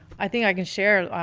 i think i can share,